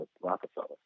Rockefeller